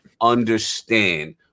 understand